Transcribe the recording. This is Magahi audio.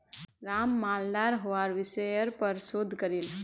राम मालदार हवार विषयर् पर शोध करील